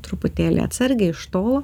truputėlį atsargiai iš tolo